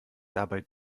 dabei